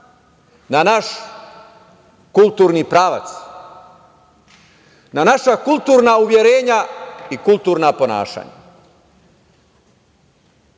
na naš kulturni pravac, na naša kulturna uverenja i kulturna ponašanja. Dakle,